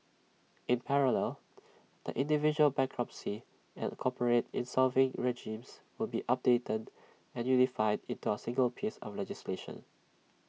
in parallel the individual bankruptcy and corporate in solving regimes will be updated and unified into A single piece of legislation